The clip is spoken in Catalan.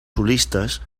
solistes